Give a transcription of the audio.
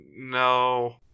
No